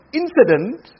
incident